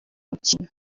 mukino